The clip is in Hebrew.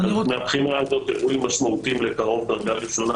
מהבחינה הזאת אירועים משמעותיים לקרוב דרגה ראשונה,